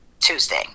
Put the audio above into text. Tuesday